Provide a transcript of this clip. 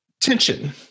tension